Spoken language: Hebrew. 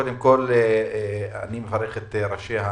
קודם כל אני מברך את ראשי המועצות,